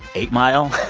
eight mile.